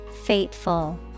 Fateful